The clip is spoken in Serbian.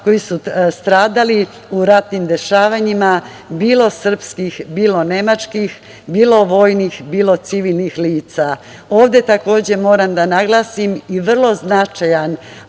koji su stradali u ratnim dešavanjima bilo srpskih, bilo nemačkih, bilo vojnih, bilo civilnih lica. Ovde takođe moram da naglasim vrlo značajan